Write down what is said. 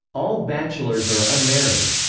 all bachelors are unmarried,